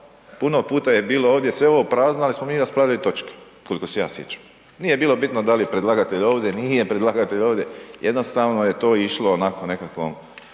puno puta je bilo ovdje sve ovo prazno ali smo raspravljali o otočki, koliko se ja sjećam, nije bilo bitno da li je predlagatelj ovdje, nije predlagatelj ovdje, jednostavno je to išlo onakvom nekakvom